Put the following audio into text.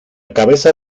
cabeza